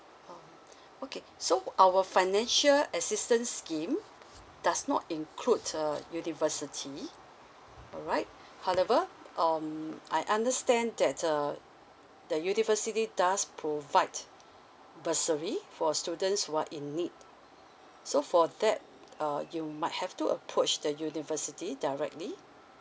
um okay so our financial assistance scheme does not include uh university all right however um I understand that uh the university does provide bursary for students who are in need so for that uh you might have to approach the university directly